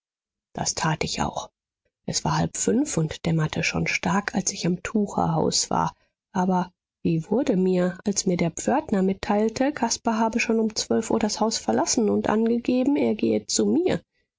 das tat ich auch es war halb fünf und dämmerte schon stark als ich am tucherhaus war aber wie wurde mir als mir der pförtner mitteilte caspar habe schon um zwölf uhr das haus verlassen und angegeben er gehe zu mir